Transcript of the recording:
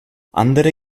andere